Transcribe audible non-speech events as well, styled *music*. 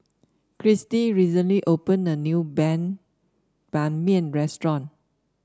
Kristie recently opened a new *unintelligible* Ban Mian restaurant